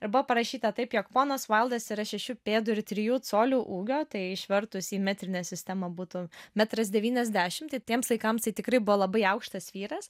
ir buvo parašytą taip jog ponas vaildas yra šešių pėdų ir trijų colių ūgio tai išvertus į metrinę sistemą būtų metras devyniasdešim tai tiems laikams tikrai buvo labai aukštas vyras